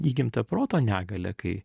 įgimta proto negalia kai